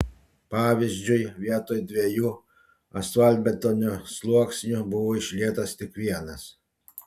pavyzdžiui vietoj dviejų asfaltbetonio sluoksnių buvo išlietas tik vienas